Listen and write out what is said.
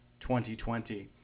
2020